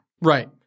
Right